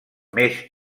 més